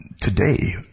today